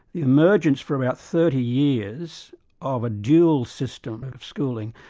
the emergence for about thirty years of a dual system and of schooling.